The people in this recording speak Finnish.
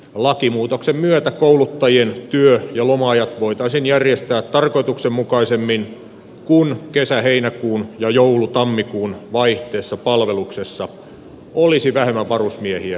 lakimuutoksen myötä kouluttajien työ ja loma ajat voitaisiin järjestää tarkoituksenmukaisemmin kun kesäheinäkuun ja joulutammikuun vaihteessa palveluksessa olisi vähemmän varusmiehiä kuin nykyisin